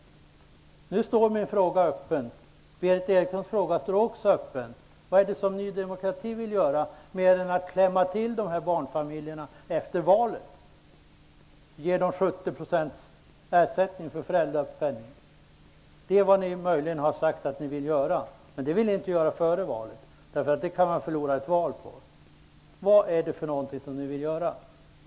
Nu står min fråga öppen. Berith Erikssons fråga står också öppen. Vad är det Ny demokrati vill göra, mer än klämma åt barnfamiljerna efter valet och ge dem bara 70 % i ersättning? Det är vad ni har sagt att ni vill göra -- men inte före valet, för det kan man förlora ett val på. Vad är det ni vill göra?